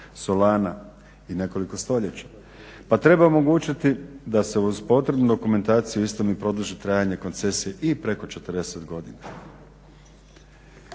solana i nekoliko stoljeća. Pa treba omogućiti da se uz potrebnu dokumentaciju istome produži trajanje koncesije i preko 40 godina.